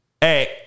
Hey